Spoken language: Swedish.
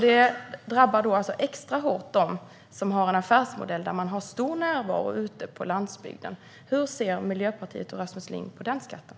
Det drabbar då alltså extra hårt dem som har en affärsmodell med stor närvaro ute på landsbygden. Hur ser Miljöpartiet och Rasmus Ling på den skatten?